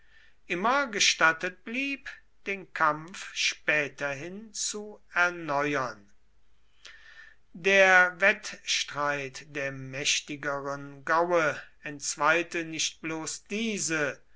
immer gestattet blieb den kampf späterhin zu erneuern der wettstreit der mächtigeren gaue entzweite nicht bloß diese